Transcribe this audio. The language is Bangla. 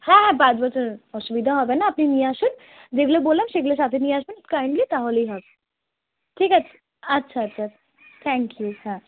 হ্যাঁ হ্যাঁ পাঁচ বছর অসুবিধা হবে না আপনি নিয়ে আসুন যেগুলো বললাম সেগুলো সাথে নিয়ে আসবেন কাইন্ডলি তাহলেই হবে ঠিক আছে আচ্ছা আচ্ছা থ্যাংক ইউ হ্যাঁ